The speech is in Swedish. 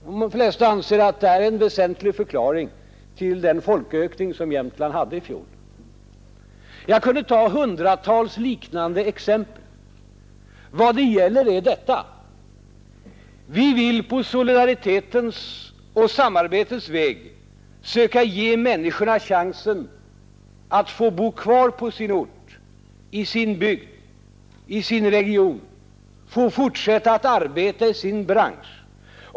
De flesta anser att det här är en väsentlig förklaring till den folkökning som Jämtland hade i fjol. TR kunde ta hundratals liknande exempel. Vad det gäller är detta: Vi vill på solidaritetens och samarbetets väg söka ge människorna chansen att få bo kvar på sin ort, i sin bygd, i sin region, få fortsätta att arbeta i sin bransch.